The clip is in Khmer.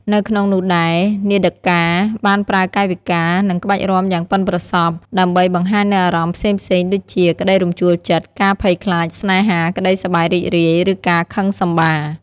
នៅក្នុងនោះដែរ នាដការបានប្រើកាយវិការ និងក្បាច់រាំយ៉ាងប៉ិនប្រសប់ ដើម្បីបង្ហាញនូវអារម្មណ៍ផ្សេងៗដូចជា ក្ដីរំជួលចិត្ត ការភ័យខ្លាច ស្នេហា ក្ដីសប្បាយរីករាយ ឬការខឹងសម្បារ។